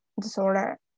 disorder